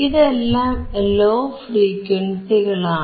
ഇതെല്ലാം ലോ ഫ്രീക്വൻസികളാണ്